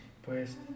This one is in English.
Pues